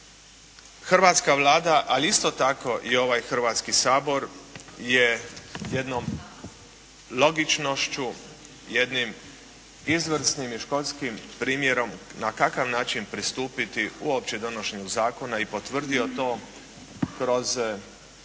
Hrvatska Vlada ali isto tako i ovaj Hrvatski sabor je jednom logičnošću, jednim izvrsnim i školskim primjerom na kakav način pristupiti uopće donošenju zakona i potvrdio to kroz